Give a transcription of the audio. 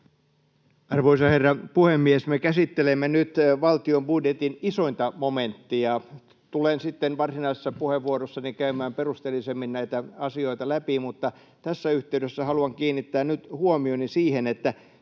Arvoisa herra puhemies! Me käsittelemme nyt valtion budjetin isointa momenttia. Tulen sitten varsinaisessa puheenvuorossani käymään perusteellisemmin näitä asioita läpi, mutta tässä yhteydessä haluan kiinnittää nyt huomioni siihen, että